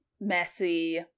messy